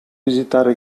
visitare